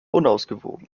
unausgewogen